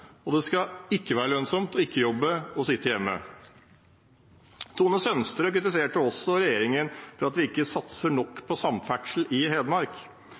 og det skal ikke være lønnsomt å ikke jobbe – å sitte hjemme. Tone Sønsterud kritiserte også regjeringen for at vi ikke satser nok på samferdsel i Hedmark.